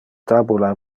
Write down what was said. tabula